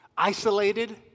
isolated